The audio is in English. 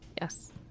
yes